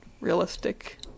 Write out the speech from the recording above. realistic